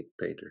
painter